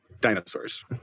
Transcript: dinosaurs